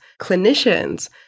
clinicians